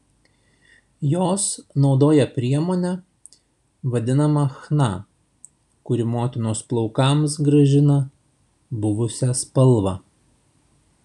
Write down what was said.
jos naudoja priemonę vadinamą chna kuri motinos plaukams grąžina buvusią spalvą